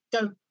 go